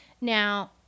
Now